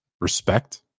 Respect